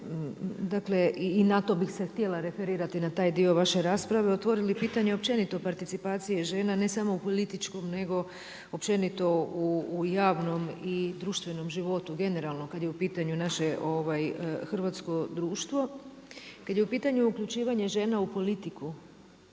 i na to bih se htjela referirati, na taj dio vaše rasprave, otvorili pitanje općenito o participaciji žena ne samo u političkom nego općenito u javnom i društvenom životu, generalno kad je u pitanju naše hrvatsko društvo. Kad je u pitanju uključivanje žena u politiku,